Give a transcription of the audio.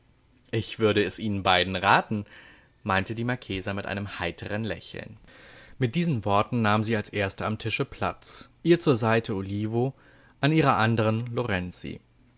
ich würde es ihnen beiden raten meinte die marchesa mit einem heitern lächeln mit diesen worten nahm sie als erste am tische platz ihr zur seite olivo an ihrer andern lorenzi